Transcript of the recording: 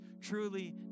truly